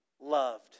loved